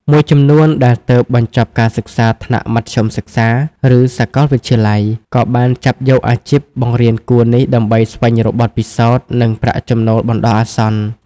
មួយចំនួនដែលទើបបញ្ចប់ការសិក្សាថ្នាក់មធ្យមសិក្សា ឬសាកលវិទ្យាល័យ ក៏បានចាប់យកអាជីពបង្រៀនគួរនេះដើម្បីស្វែងរកបទពិសោធន៍ និងប្រាក់ចំណូលបណ្តោះអាសន្ន។